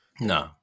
No